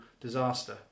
disaster